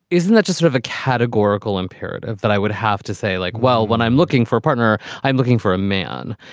isn't that just sort of a categorical imperative that i would have to say like, well, when i'm looking for a partner, i'm looking for a man.